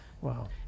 Wow